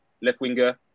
left-winger